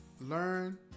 learn